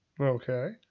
okay